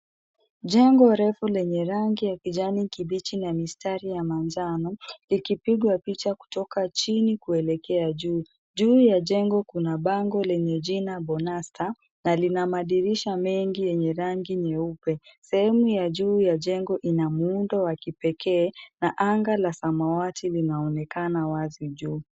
Jengo refu lenye rangi ya kijani kibichi na mistari ya manjano, likipigwa picha kutoka chini na linaelekea juu. Juu ya jengo kuna bango lenye jina Bonasta na lina madirisha mengi yenye rangi nyeupe. Sehemu ya juu ya jengo ina muundo wa kipekee na anga la samawati linaonekana wazi juu.